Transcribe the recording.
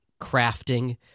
crafting